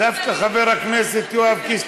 דווקא חבר הכנסת יואב קיש,